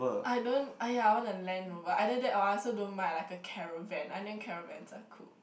I don't (aiya) I want a Land Rover either that or I also don't mind like a caravan I think caravans are cool